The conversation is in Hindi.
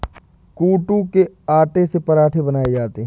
कूटू के आटे से पराठे बनाये जाते है